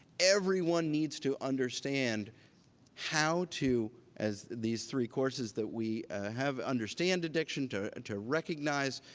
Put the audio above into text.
everyone needs to understand how to as these three courses that we have understand addiction, to to recognize